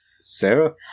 Sarah